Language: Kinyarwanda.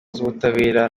z’ubutabera